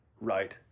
right